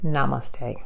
Namaste